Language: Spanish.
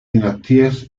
dinastías